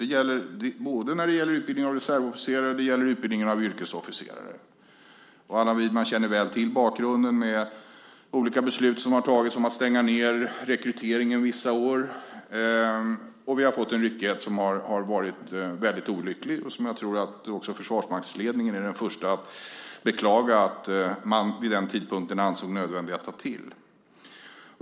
Det gäller både utbildning av reservofficerare och utbildning av yrkesofficerare. Allan Widman känner väl till bakgrunden med olika beslut som har fattats om att stänga ned rekryteringen vissa år. Vi har fått en olycklig ryckighet, och jag tror att också försvarsmaktsledningen är den första att beklaga att man vid den tidpunkten ansåg det nödvändigt att ta till.